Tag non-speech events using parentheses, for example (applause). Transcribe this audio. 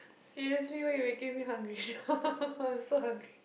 seriously why you making me hungry now (laughs) I'm so hungry